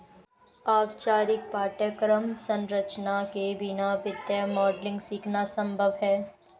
औपचारिक पाठ्यक्रम संरचना के बिना वित्तीय मॉडलिंग सीखना संभव हैं